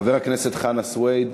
חבר הכנסת חנא סוייד,